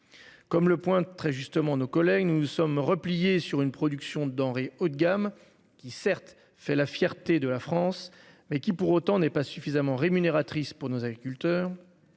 Comme le point très justement nos collègues, nous nous sommes repliés sur une production de denrées haut de gamme qui certes fait la fierté de la France mais qui pour autant n'est pas suffisamment rémunératrice pour nos agriculteurs.